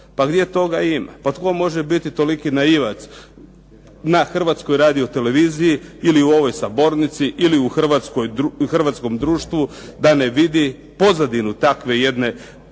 Pa gdje toga ima? Pa tko može biti toliki naivac na Hrvatskoj radio-televiziji ili u ovoj Sabornici, ili u hrvatskom društvu da ne vidi pozadinu takve jedne